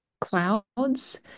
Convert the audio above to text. clouds